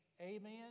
Amen